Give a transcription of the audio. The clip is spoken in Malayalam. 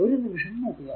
ഒരു നിമിഷം നോക്കുക